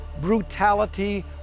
brutality